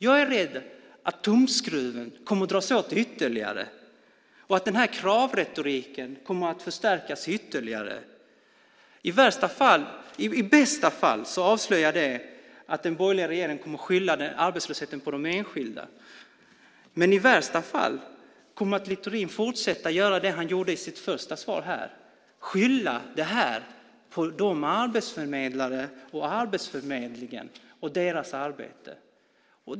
Jag är rädd för att tumskruven kommer att dras åt ytterligare och att kravretoriken kommer att förstärkas ytterligare. I bästa fall avslöjar det att den borgerliga regeringen kommer att skylla arbetslösheten på de enskilda, men i värsta fall kommer Littorin att fortsätta göra det han gjorde i sitt första inlägg här, nämligen att skylla det här på arbetsförmedlarna, Arbetsförmedlingen och deras arbete.